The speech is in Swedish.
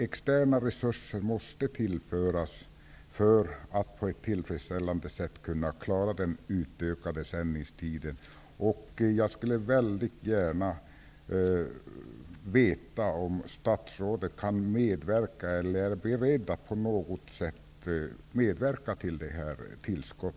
Externa resurser måste således tillföras för att man på ett tillfredsställande sätt skall kunna klara den utökade sändningstiden. Jag skulle väldigt gärna vilja veta om statsrådet kan, eller på något sätt är beredd att, medverka till att man får nämnda tillskott.